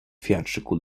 theatrical